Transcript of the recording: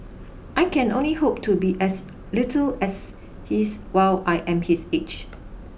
I can only hope to be as little as he's while I am his age